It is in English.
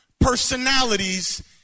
personalities